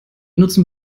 nutzen